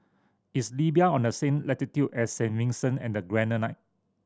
is Libya on the same latitude as Saint Vincent and the Grenadines